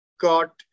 got